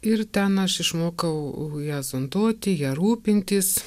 ir ten aš išmokau ją zonduoti ja rūpintis